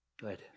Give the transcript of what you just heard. Good